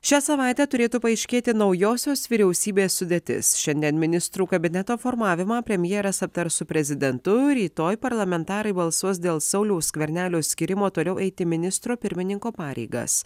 šią savaitę turėtų paaiškėti naujosios vyriausybės sudėtis šiandien ministrų kabineto formavimą premjeras aptars su prezidentu rytoj parlamentarai balsuos dėl sauliaus skvernelio skyrimo toliau eiti ministro pirmininko pareigas